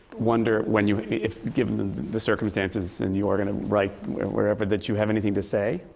wonder, when you given the the circumstances, and you are gonna write wherever, that you have anything to say?